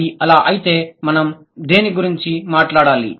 అది ఆలా అయితే మనం దేని గురించి మాట్లాడాలి